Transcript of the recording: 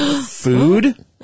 food